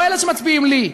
לא אלה שמצביעים לי,